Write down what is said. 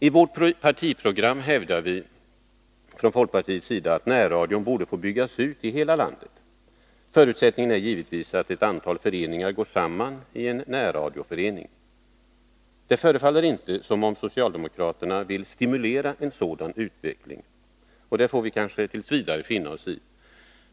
I folkpartiets partiprogram hävdas att närradion borde få byggas ut i hela landet. Förutsättningen är givetvis att ett antal föreningar går samman i en närradioförening. Det förefaller inte som om socialdemokraterna ville stimulera en sådan utveckling, och det får vi kanske tills vidare finna oss i.